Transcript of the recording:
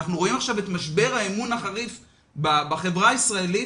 אנחנו רואים עכשיו את משבר האמון החריף בחברה הישראלית.